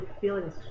feelings